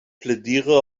plädiere